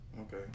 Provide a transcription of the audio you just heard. Okay